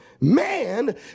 man